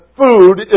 food